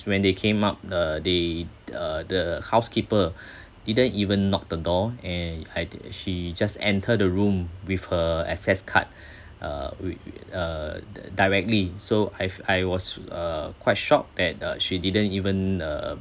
when they came up uh they t~ uh the housekeeper didn't even knock the door and I d~ she just enter the room with her access card uh w~ w~ uh d~ directly so I've I was uh quite shocked that uh she didn't even uh